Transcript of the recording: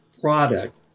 product